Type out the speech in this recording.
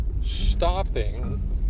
stopping